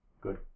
Good